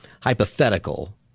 hypothetical